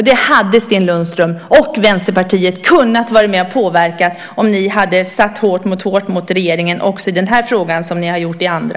Detta hade Sten Lundström och Vänsterpartiet kunnat vara med och påverka om ni hade satt hårt mot hårt mot regeringen också i den här frågan, som ni har gjort i andra.